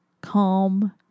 calm